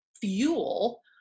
fuel